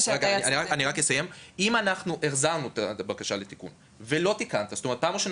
אם החזרנו את הבקשה לתיקון ולא תיקנת זאת אומרת פעם ראשונה